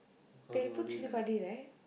they put chilli-padi right